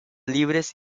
libres